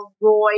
Roy